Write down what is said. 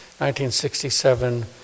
1967